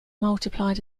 multiplied